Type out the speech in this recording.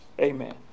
Amen